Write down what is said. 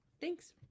Thanks